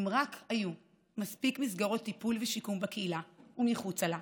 אם רק היו מספיק מסגרות טיפול ושיקום בקהילה ומחוצה לה,